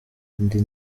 indi